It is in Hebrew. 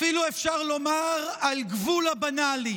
אפילו אפשר לומר על גבול הבנלי.